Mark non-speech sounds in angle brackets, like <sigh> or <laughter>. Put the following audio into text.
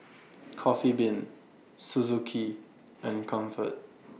<noise> Coffee Bean Suzuki and Comfort